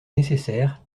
nécessaire